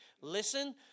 Listen